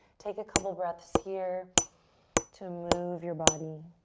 take a couple breaths here to move your body.